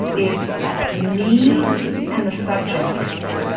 it's me and the subject.